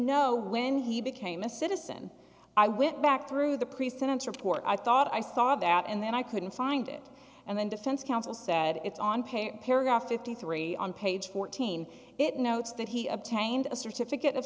know when he became a citizen i went back through the pre sentence report i thought i saw that and then i couldn't find it and then defense counsel said it's on page fifty three dollars on page fourteen it notes that he obtained a certificate